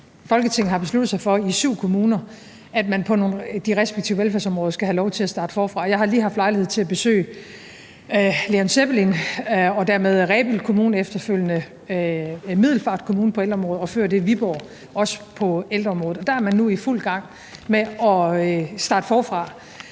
Folketinget har besluttet sig for, at man i syv kommuner på de respektive velfærdsområder skal have lov til at begynde forfra. Jeg har lige haft lejlighed til at besøge Leon Sebbelin og dermed Rebild Kommune, og efterfølgende Middelfart Kommune – på ældreområdet – og Viborg Kommune, også på ældreområdet. Og der er man nu i fuld gang med at starte forfra.